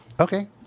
okay